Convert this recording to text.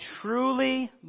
truly